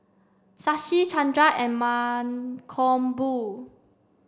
Shashi Chandra and Mankombu